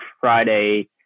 Friday